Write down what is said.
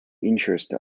interest